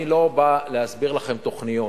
אני לא בא להסביר לכם תוכניות,